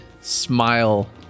smile